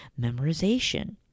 memorization